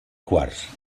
quars